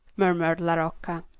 murmured la rocca.